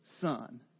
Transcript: son